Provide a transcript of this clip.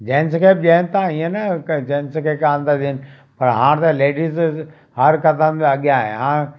gents खे बि ॾियनि था ईअं न की जैंट्स खे कोन था ॾियनि पर हाणे त लेडीस हर क़दम जा अॻियां आहे हाणे